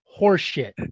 horseshit